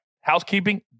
housekeeping